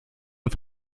und